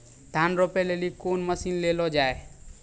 धान रोपे लिली कौन मसीन ले लो जी?